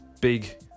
big